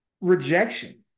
Rejection